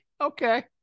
Okay